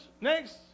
Next